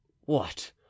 What